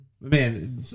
man